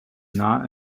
not